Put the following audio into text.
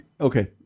Okay